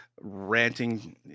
ranting